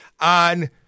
on